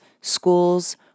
schools